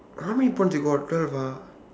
how many points you got twelve ah